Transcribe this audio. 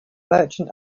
merchant